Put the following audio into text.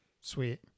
Sweet